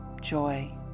joy